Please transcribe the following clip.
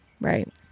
Right